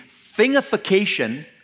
thingification